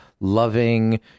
loving